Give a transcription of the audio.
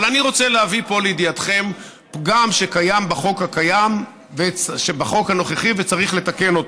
אבל אני רוצה להביא פה לידיעתכם פגם שקיים בחוק הנוכחי וצריך לתקן אותו,